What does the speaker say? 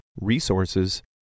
resources